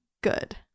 good